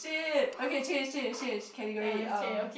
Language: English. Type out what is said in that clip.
shit okay change change change category uh